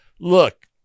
look